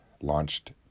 launched